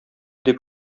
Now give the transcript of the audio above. дип